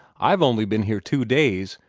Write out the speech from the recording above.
i've only been here two days,